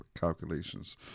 calculations